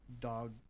Dog